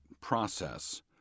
process